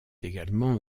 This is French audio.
également